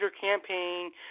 campaign